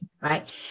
right